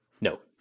No